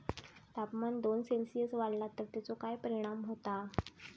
तापमान दोन सेल्सिअस वाढला तर तेचो काय परिणाम होता?